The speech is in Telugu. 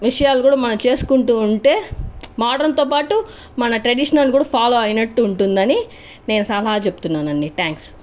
విషయాలు కూడా మనం చేసుకుంటూ ఉంటే మోడ్రన్తొొ పాటు మన ట్రెడిషన్ కూడా ఫాలో అయినట్టు ఉంటుందని నేను సలహా చెప్తున్నాను అండి థాంక్స్